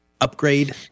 upgrade